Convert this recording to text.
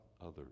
others